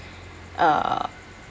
uh